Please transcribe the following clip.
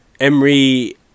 Emery